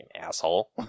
asshole